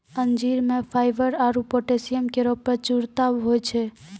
अंजीर म फाइबर आरु पोटैशियम केरो प्रचुरता होय छै